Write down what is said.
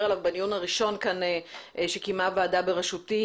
עליו בדיון הראשון שקיימה הוועדה בראשותי,